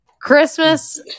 Christmas